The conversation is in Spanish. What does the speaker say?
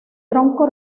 tronco